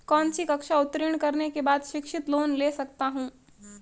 कौनसी कक्षा उत्तीर्ण करने के बाद शिक्षित लोंन ले सकता हूं?